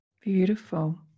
Beautiful